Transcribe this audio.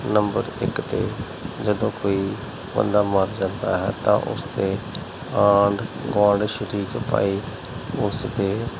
number ਇੱਕ 'ਤੇ ਜਦੋਂ ਕੋਈ ਬੰਦਾ ਮਰ ਜਾਂਦਾ ਹੈ ਤਾਂ ਉਸ ਦੇ ਆਂਡ ਗੁਆਂਢ ਸ਼ਰੀਕ ਭਾਈ ਉਸ ਦੇ